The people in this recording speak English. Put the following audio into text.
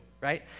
right